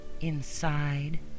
inside